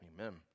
Amen